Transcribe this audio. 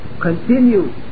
continue